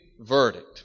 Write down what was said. Verdict